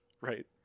Right